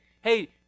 hey